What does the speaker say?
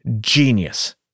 genius